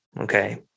Okay